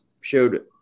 showed